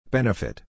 Benefit